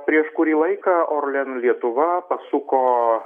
prieš kurį laiką orlen lietuva pasuko